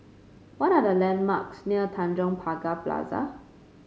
what are the landmarks near Tanjong Pagar Plaza